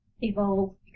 evolve